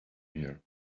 here